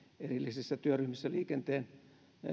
erillisessä työryhmässä on liikenteen